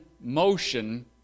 motion